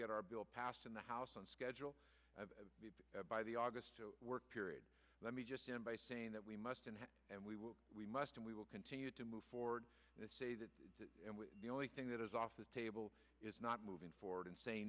get our bill passed in the house on schedule by the august work period let me just end by saying that we must and we will we must and we will continue to move forward and say that the only thing that is off the table is not moving forward and say